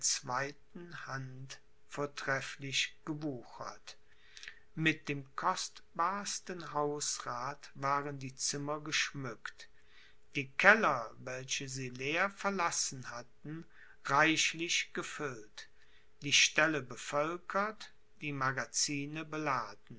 hand vortrefflich gewuchert mit dem kostbarsten hausrath waren die zimmer geschmückt die keller welche sie leer verlassen hatten reichlich gefüllt die ställe bevölkert die magazine beladen